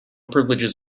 privileges